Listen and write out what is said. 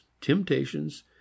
temptations